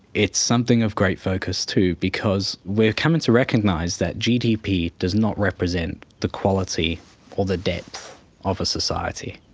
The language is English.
it's something of great focus too, because we're coming to recognise that gdp does not represent the quality quality or the depth of a society,